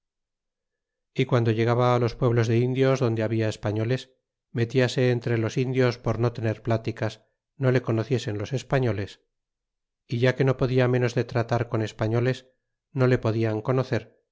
y guando llegaba los pueblos de indios donde habia españoles mellase entre los indios por no tener pláticas no le conociesen los españoles s ya que no podia ménos de tratar con españoles no le podian conocer